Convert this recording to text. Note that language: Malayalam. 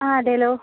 ആ അതേല്ലോ